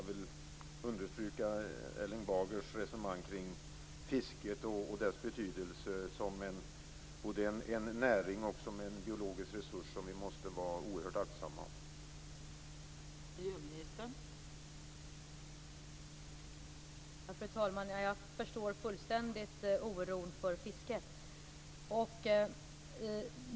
Jag vill dock understryka Erling Bagers resonemang om fisket och dess betydelse som både en näring och en biologisk resurs som vi måste vara oerhört aktsamma om.